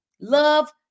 Love